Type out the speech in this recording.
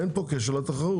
אין פה קשר לתחרות.